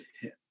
hit